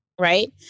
Right